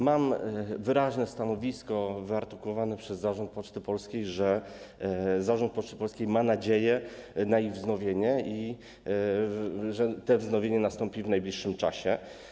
Mam wyraźne stanowisko wyartykułowane przez Zarząd Poczty Polskiej, że Zarząd Poczty Polskiej ma nadzieję na ich wznowienie i że to wznowienie nastąpi w najbliższym czasie.